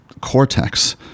cortex